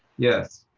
yes.